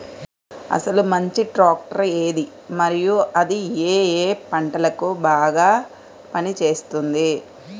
అసలు మంచి ట్రాక్టర్ ఏది మరియు అది ఏ ఏ పంటలకు బాగా పని చేస్తుంది?